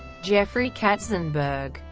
jeffrey katzenberg,